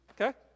Okay